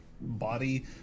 body